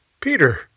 peter